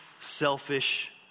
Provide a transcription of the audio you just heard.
selfish